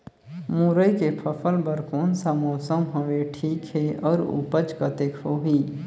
मुरई के फसल बर कोन सा मौसम हवे ठीक हे अउर ऊपज कतेक होही?